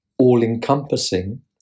All-encompassing